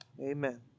Amen